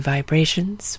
Vibrations